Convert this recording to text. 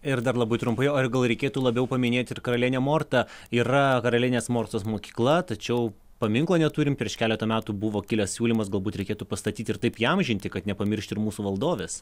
ir dar labai trumpai o gal reikėtų labiau paminėt ir karalienę mortą yra karalienės mortos mokykla tačiau paminklo neturim prieš keletą metų buvo kilęs siūlymas galbūt reikėtų pastatyti ir taip įamžinti kad nepamiršt ir mūsų valdovės